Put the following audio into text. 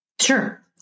Sure